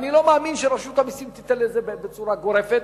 ואני לא מאמין שרשות המסים תיתן לזה בצורה גורפת,